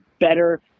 better